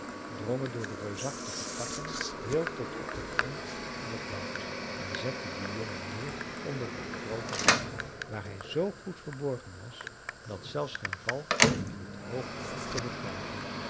drongen door de reusachtige takken heel tot op den grond in het woud en zetten den jongen neer onder een grooten tak waar hij zoo goed verborgen was dat zelfs geen valk hem in het oog had kunnen krijgen